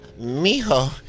mijo